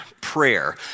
prayer